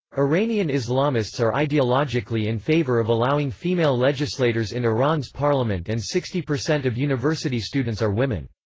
iranian islamists are ideologically in favour of allowing female legislators in iran's parliament and sixty percent of university students are women.